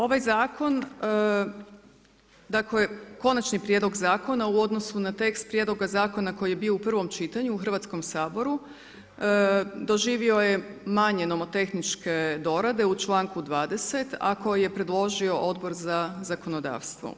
Ovaj zakon, dakle konačni prijedlog zakona u odnosu na tekst prijedloga zakona koji je bio u prvom čitanju u Hrvatskom saboru, doživio je manje novotehničke doradbe u članku 20. a koji je predložio Odbor za zakonodavstvo.